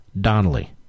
Donnelly